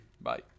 Bye